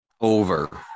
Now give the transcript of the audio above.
over